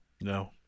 No